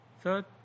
Third